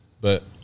But-